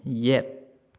ꯌꯦꯠ